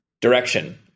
direction